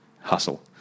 hustle